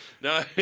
No